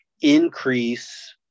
increase